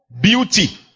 Beauty